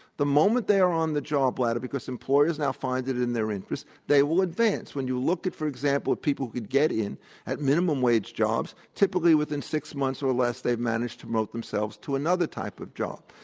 the moment they are on the job ladder because employers now find it in their interest, they will advance. when you look at for example if people could get in at minimum wage jobs, typically within six months or less they have managed to promote themselves to another type of job.